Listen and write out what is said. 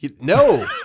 No